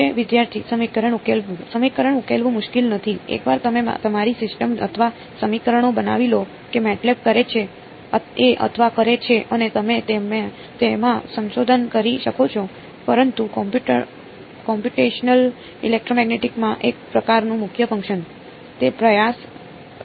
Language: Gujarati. વિદ્યાર્થી સમીકરણ ઉકેલવું સમીકરણ ઉકેલવું મુશ્કેલ નથી એકવાર તમે તમારી સિસ્ટમ અથવા સમીકરણો બનાવી લો કે MATLAB કરે છે અથવા કરે છે અને તમે તેમાં સંશોધન કરી શકો છો પરંતુ કોમ્પ્યુટેશનલ ઇલેક્ટ્રોમેગ્નેટિક માં એક પ્રકારનું મુખ્ય ફંકશન તે પ્રયાસ ક્યાં આવશે